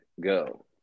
go